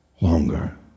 longer